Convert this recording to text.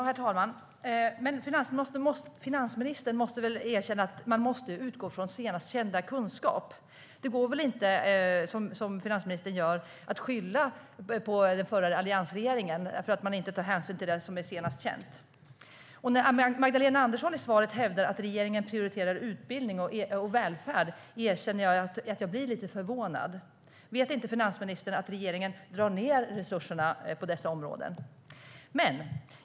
Herr talman! Finansministern måste väl ändå erkänna att man ska utgå från senast kända kunskap. Det går inte att skylla på alliansregeringen för att man inte tar hänsyn till det som är senast känt. När Magdalena Andersson i svaret hävdar att regeringen prioriterar utbildning och välfärd blir jag lite förvånad. Vet inte finansministern att regeringen drar ned resurserna på dessa områden?